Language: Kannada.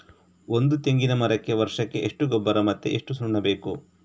ಒಂದು ತೆಂಗಿನ ಮರಕ್ಕೆ ವರ್ಷಕ್ಕೆ ಎಷ್ಟು ಗೊಬ್ಬರ ಮತ್ತೆ ಎಷ್ಟು ಸುಣ್ಣ ಬೇಕು?